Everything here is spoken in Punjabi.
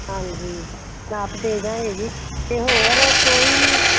ਹਾਂਜੀ ਨਾਪ ਦੇ ਜਾਵਾਂਗੇ ਜੀ ਅਤੇ ਹੋਰ ਕੋਈ ਵੀ